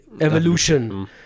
evolution